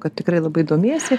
kad tikrai labai domiesi